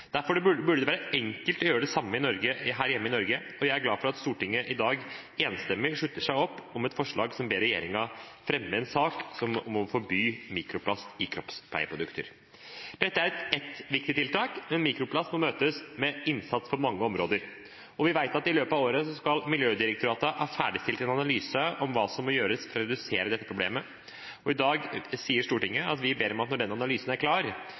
Derfor burde det være enkelt å gjøre det samme her hjemme i Norge. Jeg er glad for at Stortinget i dag enstemmig slutter opp om et forslag som ber regjeringen fremme en sak om å forby mikroplast i kroppspleieprodukter. Dette er ett viktig tiltak, men mikroplast må møtes med innsats på mange områder. Vi vet at i løpet av året skal Miljødirektoratet ha ferdigstilt en analyse om hva som må gjøres for å redusere dette problemet, og i dag sier Stortinget at vi ber om at når den analysen er klar,